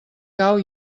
cau